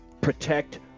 protect